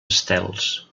estels